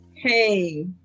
hey